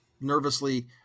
nervously